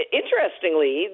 interestingly